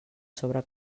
sobre